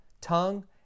tongue